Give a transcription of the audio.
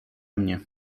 mnie